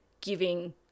giving